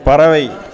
பறவை